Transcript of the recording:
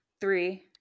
three